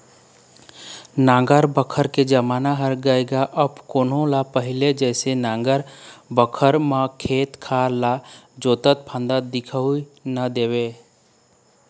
नांगर बखर के जमाना ह गय गा अब कोनो ल पहिली जइसे नांगर बखर म खेत खार ल जोतत फांदत दिखउल नइ देवय